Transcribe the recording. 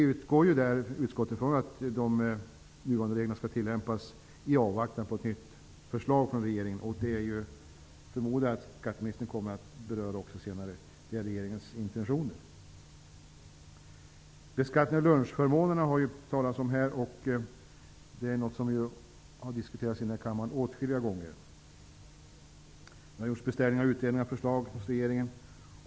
Utskottet utgår från att de nuvarande reglerna skall tillämpas i avvaktan på ett nytt förslag från regeringen. Det är ju regeringens intentioner att lägga fram ett sådant, och jag förmodar att skatteministern senare kommer att beröra detta. Det har i debatten också talats om beskattningen av lunchförmånerna, och detta är något som har diskuterats i kammaren åtskilliga gånger. Det har gjorts beställningar av utredningar och förslag hos regeringen.